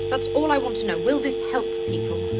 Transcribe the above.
that's all i want to know. will this help people?